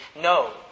no